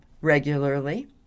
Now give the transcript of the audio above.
regularly